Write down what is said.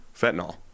fentanyl